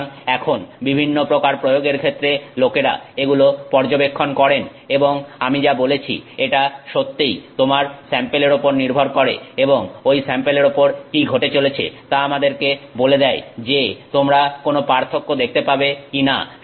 সুতরাং এখন বিভিন্ন প্রকার প্রয়োগের ক্ষেত্রে লোকেরা এগুলো পর্যবেক্ষণ করেন এবং আমি যা বলেছি এটা সত্যিই তোমার স্যাম্পেলের উপর নির্ভর করে এবং ঐ স্যাম্পেলের উপর কী ঘটে চলেছে তা আমাদেরকে বলে দেয় যে তোমরা কোন পার্থক্য দেখতে পাবে কিনা